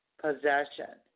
possession